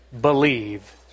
believe